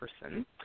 person